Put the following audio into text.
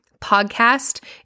podcast